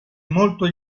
molto